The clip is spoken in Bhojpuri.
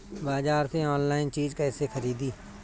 बाजार से आनलाइन चीज कैसे खरीदी?